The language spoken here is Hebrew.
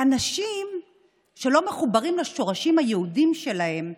אנשים שלא מחוברים לשורשים היהודיים שלהם,